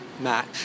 match